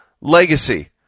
legacy